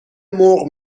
مرغ